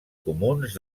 comuns